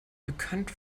bekannt